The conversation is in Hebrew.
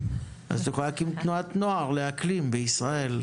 אז את יכולה להקים תנועת נוער לאקלים בישראל.